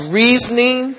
reasoning